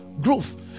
growth